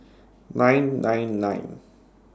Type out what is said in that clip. nine nine nine